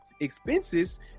expenses